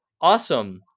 Awesome